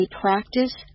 practice